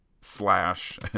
slash